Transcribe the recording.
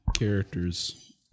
characters